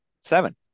seven